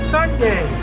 Sunday